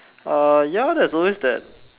uh ya there's always that